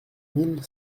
mille